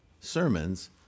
sermons